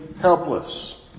helpless